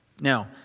Now